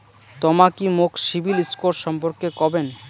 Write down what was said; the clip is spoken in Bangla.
তমা কি মোক সিবিল স্কোর সম্পর্কে কবেন?